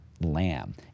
lamb